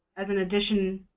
an addition,